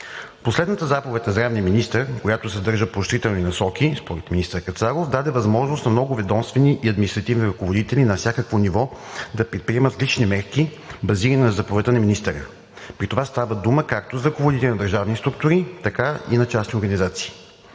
Последната заповед на здравния министър, която съдържа поощрителни насоки според министър Кацаров, даде възможност на много ведомствени и административни ръководители на всякакво ниво да предприемат лични мерки, базирани на заповедта на министъра. При това става дума както за ръководители на държавни структури, така и на частни организации.